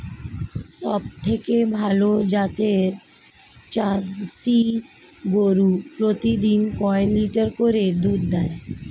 সবথেকে ভালো জাতের জার্সি গরু প্রতিদিন কয় লিটার করে দুধ দেয়?